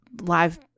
live